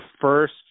first